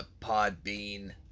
Podbean